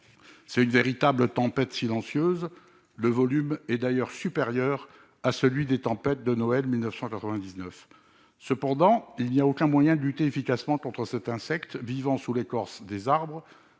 C'est une véritable tempête silencieuse. Le volume est d'ailleurs supérieur à celui qui avait été constaté à l'issue des tempêtes de Noël 1999. Cependant, il n'y a aucun moyen de lutter efficacement contre cet insecte, vivant sous l'écorce des arbres,